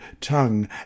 tongue